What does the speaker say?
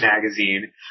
magazine